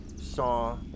saw